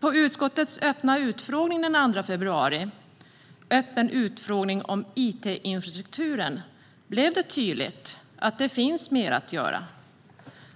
På utskottets öppna utfrågning, den 2 februari, om it-infrastrukturen blev det tydligt att det finns mer att göra.